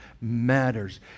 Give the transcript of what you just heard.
matters